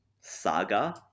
saga